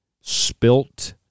spilt